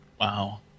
Wow